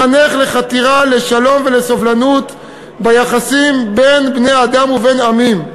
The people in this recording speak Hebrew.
לחנך לחתירה לשלום ולסובלנות ביחסים בין בני-אדם ובין עמים.